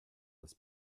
this